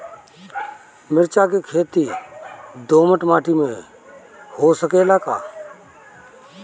मिर्चा के खेती दोमट माटी में हो सकेला का?